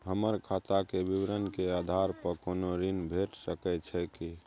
हमर खाता के विवरण के आधार प कोनो ऋण भेट सकै छै की?